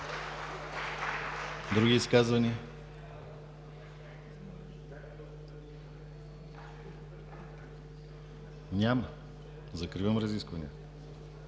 Други изказвания? Няма. Закривам разискванията.